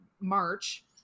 March